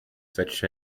such